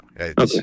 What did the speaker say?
Okay